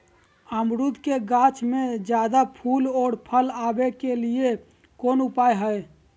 अमरूद के गाछ में ज्यादा फुल और फल आबे के लिए कौन उपाय है?